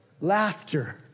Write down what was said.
laughter